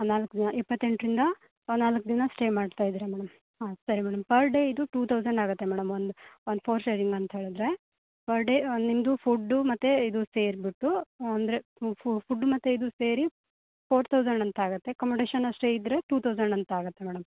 ನಾಲ್ಕು ದಿನ ಇಪ್ಪತ್ತೆಂಟರಿಂದ ನಾಲ್ಕು ದಿನ ಸ್ಟೇ ಮಾಡ್ತ ಇದ್ದೀರಾ ಮೇಡಮ್ ಹಾಂ ಸರಿ ಮೇಡಮ್ ಪರ್ ಡೇ ಇದು ಟೂ ತೌಸಂಡ್ ಆಗುತ್ತೆ ಮೇಡಮ್ ಒಂದು ಒಂದು ಫೋರ್ ಷೇರಿಂಗ್ ಅಂತ ಹೇಳಿದರೆ ಪರ್ ಡೇ ನಿಮ್ಮದು ಫುಡ್ಡು ಮತ್ತು ಇದು ಸೇರ್ಬಿಟ್ಟು ಅಂದರೆ ಫುಡ್ ಮತ್ತು ಇದು ಸೇರಿ ಫೋರ್ ತೌಸಂಡ್ ಅಂತ ಆಗುತ್ತೆ ಅಕೊಮೊಡೇಷನ್ ಅಷ್ಟೇ ಇದ್ದರೆ ಟೂ ತೌಸಂಡ್ ಅಂತ ಆಗುತ್ತೆ ಮೇಡಮ್